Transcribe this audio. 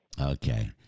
Okay